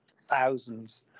thousands